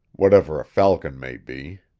whatever a falcon may be.